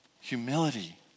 humility